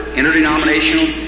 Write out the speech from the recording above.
interdenominational